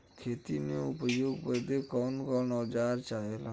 खेती में उपयोग बदे कौन कौन औजार चाहेला?